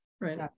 Right